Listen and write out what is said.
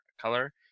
color